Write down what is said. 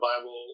Bible